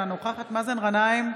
אינה נוכחת מאזן גנאים,